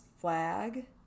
flag